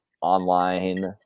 online